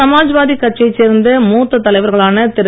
சமாஜ்வாதி கட்சியைச் சேர்ந்த மூத்த தலைவர்களான திரு